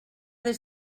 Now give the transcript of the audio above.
des